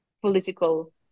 political